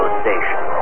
station